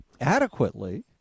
adequately